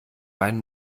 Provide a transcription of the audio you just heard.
wein